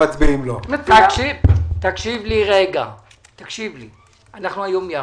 אנחנו היום ביחד.